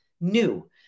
new